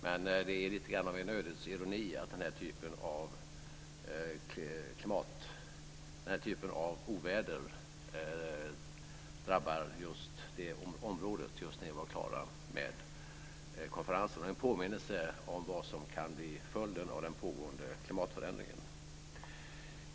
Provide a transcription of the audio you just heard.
Men det är lite grann av ett ödets ironi att den typen av oväder drabbade området just när vi var klara med konferensen. Det är en påminnelse om vad som kan bli följden av den pågående klimatförändringen.